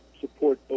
support